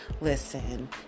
Listen